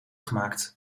gemaakt